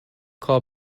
call